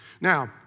Now